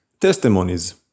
testimonies